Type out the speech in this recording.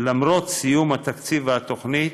למרות סיום התקציב והתוכנית,